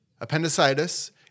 Appendicitis